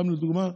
סתם לדוגמה,